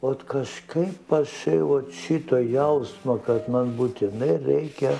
ot kažkaip ašai vat šito jausmo kad man būtinai reikia